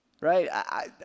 right